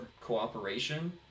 cooperation